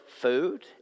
food